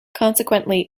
consequently